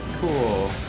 Cool